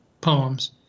poems